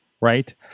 Right